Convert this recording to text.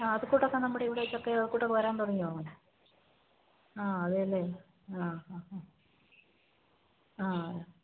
ആ അതുകൂട്ടൊക്കെ നമ്മുടെ ഇവിടെ ചക്ക അതുകൂട്ടൊക്കെ വരാന് തുടങ്ങിയോ ആ അതേ അല്ലെ ആ ആ ഹാ ആ